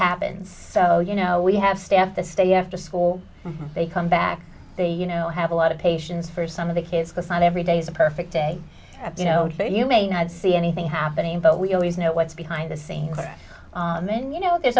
happens so you know we have staff to stay after school they come back they you know have a lot of patients for some of the kids to sign every day is a perfect day you know you may not see anything happening but we always know what's behind the scenes and you know there's